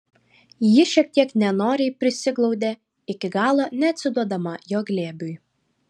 ji šiek tiek nenoriai prisiglaudė iki galo neatsiduodama jo glėbiui